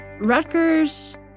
Rutgers